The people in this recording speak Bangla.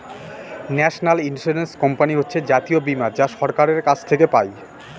ন্যাশনাল ইন্সুরেন্স কোম্পানি হচ্ছে জাতীয় বীমা যা সরকারের কাছ থেকে পাই